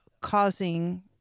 causing